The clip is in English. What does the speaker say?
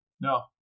No